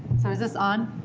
so is this on?